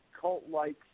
cult-like